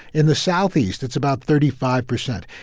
in the southeast, it's about thirty five percent.